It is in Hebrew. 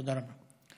תודה רבה.